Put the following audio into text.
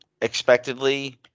expectedly